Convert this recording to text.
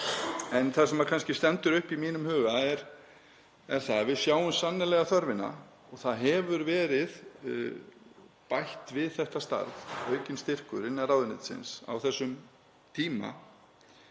En það sem stendur kannski upp úr í mínum huga er það að við sjáum sannarlega þörfina og það hefur verið bætt við þetta starf, aukinn styrkur innan ráðuneytisins á þessum tíma.